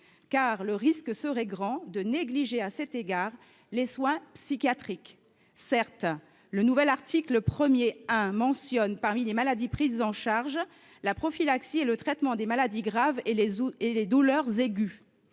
? Le risque serait grand de négliger à cet égard les soins psychiatriques. Certes, le nouvel article 1 I mentionne, parmi les motifs de prise en charge, « la prophylaxie et le traitement des maladies graves et des douleurs aiguës